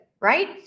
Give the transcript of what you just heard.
Right